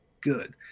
good